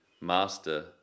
master